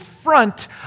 front